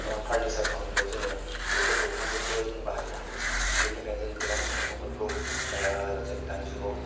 बायदि फारनिसार खामानिफोराव जोङो बेफोर दंफांफोरखौ हाय जों बाहायनो हायो बेनि थाखायनो जों गोबां बिफांफोरखौ जों दानि जुगाव